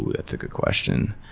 that's a good question.